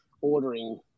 ordering